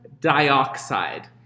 dioxide